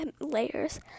layers